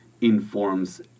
informs